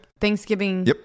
Thanksgiving